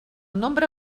nombre